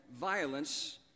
violence